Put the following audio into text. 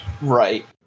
Right